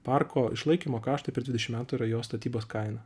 parko išlaikymo kaštai per dvidešim metų yra jo statybos kaina